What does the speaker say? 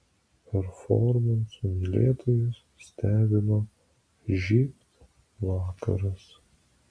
performansų mylėtojus stebino žybt vakaras